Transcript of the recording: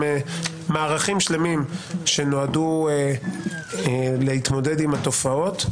יש להם מערכים שלמים שנועדו להתמודד עם התופעות.